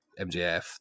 MJF